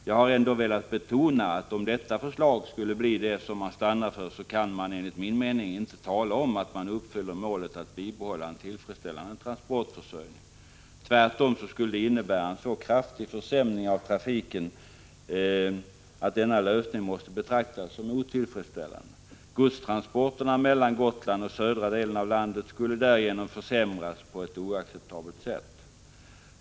Jag har ändå velat betona att om detta blir det förslag man stannar för, kan man enligt min mening inte tala om att man uppfyller målet att bibehålla en tillfredsställande transportförsörjning. Tvärtom skulle det innebära en så kraftig försämring av trafiken att denna lösning måste betraktas som otillfredsställande. Godstransporterna mellan Gotland och södra delen av landet skulle därigenom försämras på ett oacceptabelt sätt.